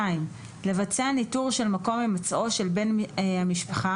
לבצע ניטור של מקום הימצאו של בן המשפחה